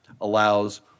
allows